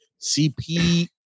CP